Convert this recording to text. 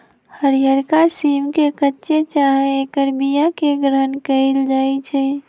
हरियरका सिम के कच्चे चाहे ऐकर बियाके ग्रहण कएल जाइ छइ